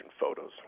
photos